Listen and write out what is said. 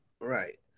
Right